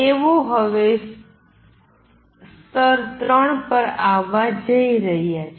તેઓ હવે સ્તર 3 પર આવવા જઇ રહ્યા છે